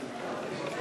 נתקבל.